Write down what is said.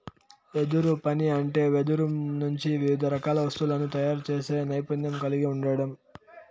వెదురు పని అంటే వెదురు నుంచి వివిధ రకాల వస్తువులను తయారు చేసే నైపుణ్యం కలిగి ఉండడం